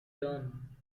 done